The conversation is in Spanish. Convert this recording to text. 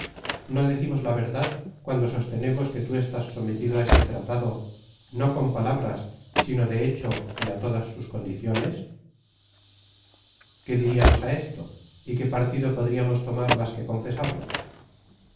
no decimos la verdad cuando sostenemos que tú estés sometido á este tratado no con palabras sino de hecho y á todas sus condiciones qué diriamos á esto y qué partido podríamos tomar más que confesarlo